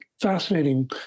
fascinating